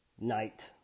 night